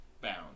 bound